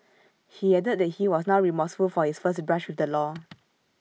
he added that he was now remorseful for his first brush with the law